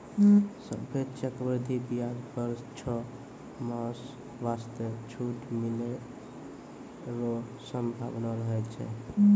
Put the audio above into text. सभ्भे चक्रवृद्धि व्याज पर छौ मास वास्ते छूट मिलै रो सम्भावना रहै छै